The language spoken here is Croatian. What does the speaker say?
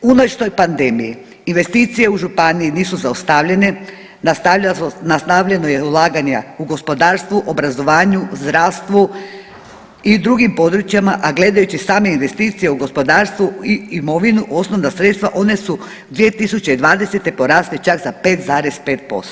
Unatoč pandemiji, investicije u županiji nisu zaustavljene, nastavljeno je ulaganje u gospodarstvu, u obrazovanju, zdravstvu i drugim područjima a gledajući same investicije u gospodarstvu i imovinu, osnovna sredstva, one su 2020. porasli čak za 5,5%